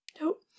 Nope